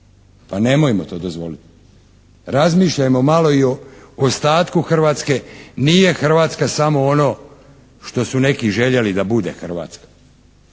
Pa nemojmo to dozvoliti. Razmišljajmo malo i o ostatku Hrvatske. Nije Hrvatska samo ono što su neki željeli da bude Hrvatska.